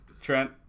Trent